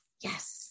Yes